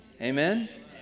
Amen